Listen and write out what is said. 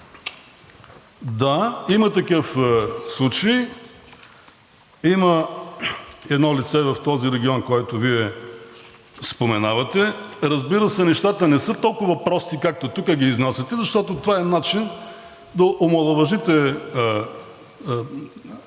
Да, има такъв случай, има едно лице в този регион, което Вие споменавате. Разбира се, нещата не са толкова прости, както тук ги изнасяте, защото това е начин да омаловажите